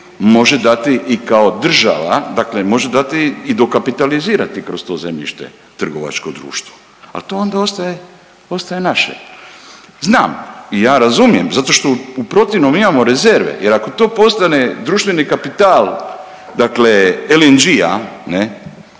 može dati i kao država dakle može dati i dokapitalizirati kroz to zemljište trgovačko društvo, ali to onda ostaje, ostaje naše. Znam i ja razumijem zato što u protivnom imamo rezerve jer ako to postane društveni kapital LNG-a, a